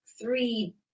three